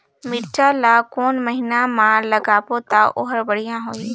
मिरचा ला कोन महीना मा लगाबो ता ओहार बेडिया होही?